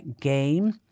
game